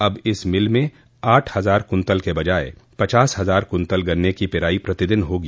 अब इस मिल में आठ हजार कुंतल के बजाय पचास हजार कुंतल गन्ने की पेराई प्रतिदिन होगी